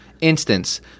instance